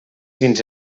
fins